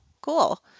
cool